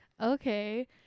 Okay